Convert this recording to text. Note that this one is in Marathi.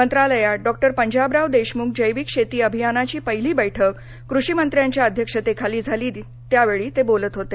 मंत्रालयात डॉक्टर पंजाबराव देशमुख जैविक शेती अभियानाची पहिली बेठक कृषिमंत्र्यांच्या अध्यक्षतेखाली झाली त्यावेळी ते बोलत होते